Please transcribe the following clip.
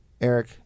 Eric